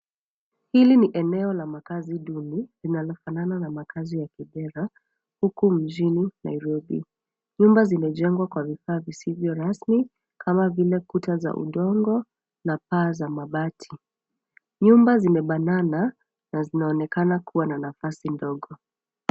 Hili ni eneo la makazi duni linalofanana na makazi ya Kibera huku mjini Nairobi. Nyumba zimejengwa kwa vifaa visivyo rasmi kama vile kuta za udongo na paa za mabati. Nyumba zimebanana na zinaonekana kuwa na nafasi ndogo.